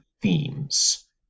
themes